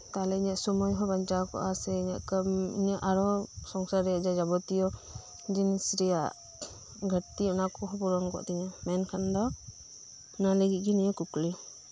ᱛᱟᱞᱦᱮ ᱤᱧᱟᱹᱜ ᱥᱳᱢᱳᱭ ᱦᱚᱸ ᱵᱟᱧᱪᱟᱣ ᱠᱚᱜᱼᱟ ᱥᱮ ᱤᱧᱟᱹᱜ ᱠᱟᱢᱤ ᱤᱧᱟᱹᱜ ᱟᱨᱦᱚᱸ ᱥᱚᱝᱥᱟᱨ ᱨᱮᱭᱟᱜ ᱡᱟ ᱡᱟᱵᱚᱛᱤᱭᱚ ᱡᱤᱱᱤᱥ ᱨᱮᱭᱟᱜ ᱜᱷᱟᱴᱛᱤ ᱚᱱᱟ ᱠᱚᱦᱚᱸ ᱯᱩᱨᱚᱱ ᱠᱚᱜ ᱛᱤᱧᱟ ᱢᱮᱱ ᱠᱷᱟᱱ ᱫᱚ ᱚᱱᱟ ᱞᱟᱜᱤᱫ ᱜᱮ ᱱᱤᱭᱟᱹ ᱠᱩᱠᱞᱤ